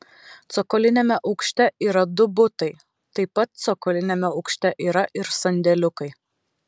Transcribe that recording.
cokoliniame aukšte yra du butai taip pat cokoliniame aukšte yra ir sandėliukai